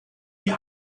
die